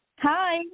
Hi